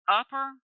upper